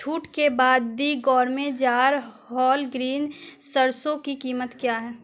چھوٹ کے بعد the gourmet jar whole green سرسوں کی قیمت کیا ہے